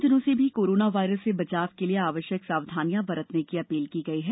आम जनों से भी कोरोना वायरस से बचाव के लिए आवश्यक सावधानियां बरतने की अपील की गई है